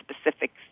specifics